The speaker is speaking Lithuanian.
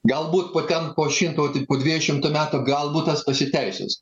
galbūt po ten po šimto jau ten dviejų šimtų metų gal būt tas pasiteisins